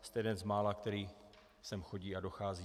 Jste jeden z mála, který sem chodí a dochází.